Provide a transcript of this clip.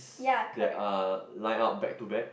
that are lined up back to back